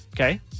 Okay